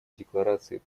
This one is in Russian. декларации